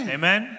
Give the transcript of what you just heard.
amen